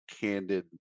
candid